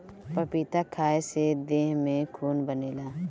पपीता खाए से देह में खून बनेला